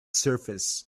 surface